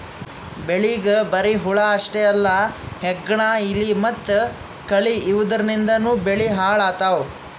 ಬೆಳಿಗ್ ಬರಿ ಹುಳ ಅಷ್ಟೇ ಅಲ್ಲ ಹೆಗ್ಗಣ, ಇಲಿ ಮತ್ತ್ ಕಳಿ ಇವದ್ರಿಂದನೂ ಬೆಳಿ ಹಾಳ್ ಆತವ್